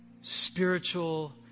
spiritual